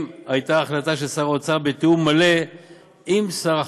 הייתה החלטה של שר האוצר בתיאום מלא עם שר החקלאות.